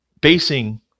basing